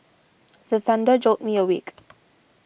the thunder jolt me awake